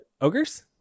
ogres